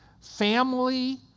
Family